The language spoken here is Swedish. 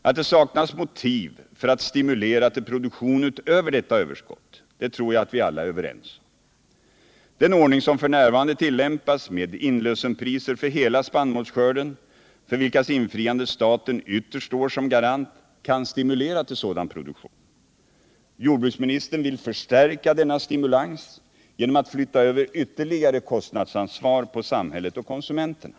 Att det saknas motiv för att stimulera till produktion utöver detta överskott tror jag vi alla är överens om. Den ordning som f. n. tillämpas med inlösenpriser för hela spannmålsskörden för vilkas infriande staten ytterst står som garant kan stimulera till sådan produktion. Jordbruksministern vill förstärka denna stimulans genom att flytta över ytterligare kostnadsansvar på sam hället och konsumenterna.